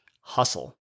hustle